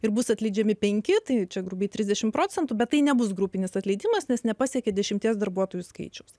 ir bus atleidžiami penki tai čia grubiai trisdešim procentų bet tai nebus grupinis atleidimas nes nepasiekė dešimties darbuotojų skaičiaus